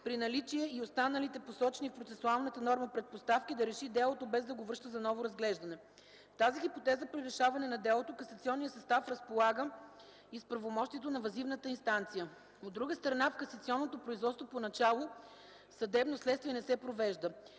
при наличие и на останалите посочени в процесуалната норма предпоставки, да реши делото без да го връща за ново разглеждане. В тази хипотеза, при решаване на делото касационният състав разполага и с правомощието на въззивната инстанция. От друга страна в касационното производство по начало съдебно следствие не се провежда.